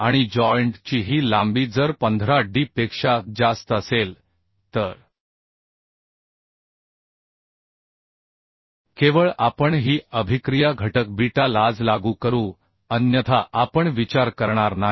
आणि joint chi ची ही लांबी जर 15d पेक्षा जास्त असेल तर केवळ आपण ही अभिक्रिया घटक बीटा lj लागू करू अन्यथा आपण विचार करणार नाही